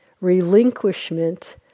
relinquishment